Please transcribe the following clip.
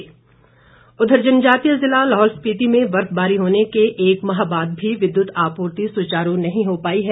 बिजली बाधित जनजातीय जिला लाहौल स्पीति में बर्फबारी होने के एक माह बाद भी विद्युत आपूर्ति सुचारू नहीं हो पाई है